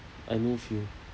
I no feel